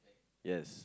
yes